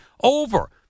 over